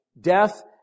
death